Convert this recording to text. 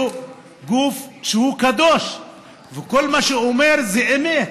גוף שהוא קדוש וכל מה שהוא אומר זה אמת,